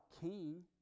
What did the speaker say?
king